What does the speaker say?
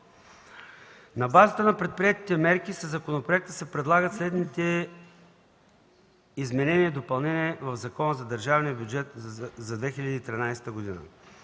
На базата на предприетите мерки със законопроекта се предлагат следните изменения и допълнения в Закона за държавния бюджет за 2013 г.: